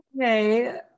Okay